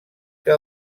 que